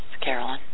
Carolyn